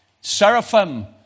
seraphim